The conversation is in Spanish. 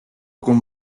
con